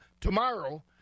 tomorrow